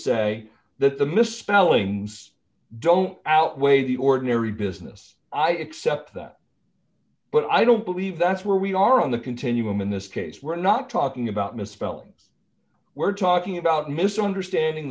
say that the misspellings don't outweigh the ordinary business i accept that but i don't believe that's where we are on the continuum in this case we're not talking about misspellings we're talking about misunderstanding